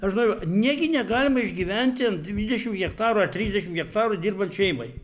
aš noriu negi negalima išgyventi ant dvidešim hektarų trisdešim hektarų dirbant šeimai